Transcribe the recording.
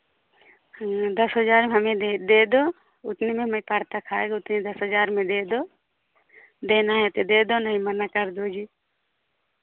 दस हज़ार हमें दे दे दो उतने में मैं दस हज़ार में दे दो देना है तो दे दो नहीं मना कर दो जी